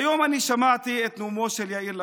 היום אני שמעתי את נאומו של יאיר לפיד.